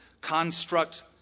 construct